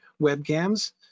webcams